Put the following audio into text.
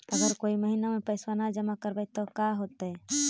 अगर कोई महिना मे पैसबा न जमा कर पईबै त का होतै?